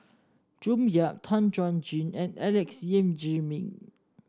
June Yap Tan Chuan Jin and Alex Yam Ziming